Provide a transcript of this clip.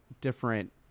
different